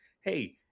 Hey